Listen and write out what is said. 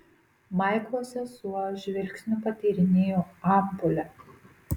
maiklo sesuo žvilgsniu patyrinėjo ampulę